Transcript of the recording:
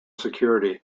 security